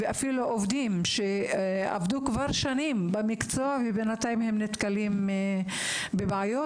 אפילו עובדים שעבדו כבר שנים במקצוע נתקלים בבעיות,